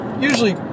usually